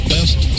Best